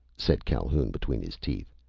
said calhoun between his teeth.